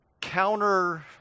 counter